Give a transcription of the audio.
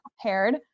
prepared